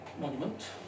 monument